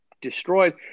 destroyed